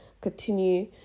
continue